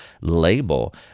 label